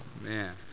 man